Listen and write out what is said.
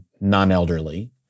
non-elderly